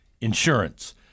Insurance